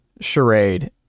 charade